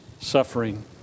suffering